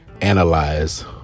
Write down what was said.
analyze